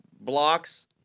blocks